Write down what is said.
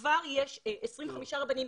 יש כבר 25 רבנים,